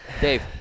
dave